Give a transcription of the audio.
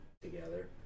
together